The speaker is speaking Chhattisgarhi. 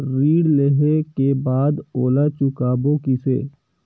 ऋण लेहें के बाद ओला चुकाबो किसे?